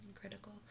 critical